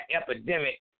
epidemic